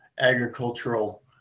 agricultural